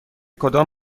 کدام